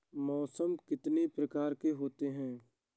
मौसम कितनी प्रकार के होते हैं?